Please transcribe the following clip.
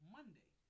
Monday